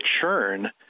churn